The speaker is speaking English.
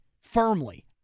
firmly